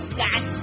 got